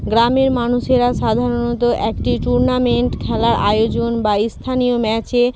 গ্রামের মানুষেরা সাধারণত একটি টুর্নামেন্ট খেলার আয়োজন বা স্থানীয় ম্যাচে